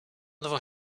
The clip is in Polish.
nowo